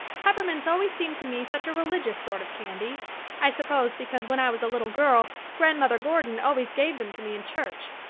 peppermints always seem to me such a religious sort of candy i suppose because when i was a little girl grandmother gordon always gave them to me in church.